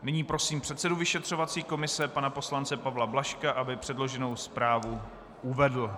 Nyní prosím předsedu vyšetřovací komise pana poslance Pavla Blažka, aby předloženou zprávu uvedl.